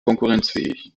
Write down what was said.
konkurrenzfähig